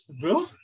bro